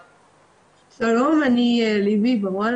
שלום, אני ליבי בראון